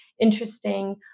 interesting